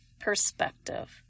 Perspective